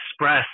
express